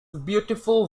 beautiful